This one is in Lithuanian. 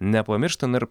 nepamiršta na ir